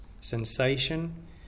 Sensation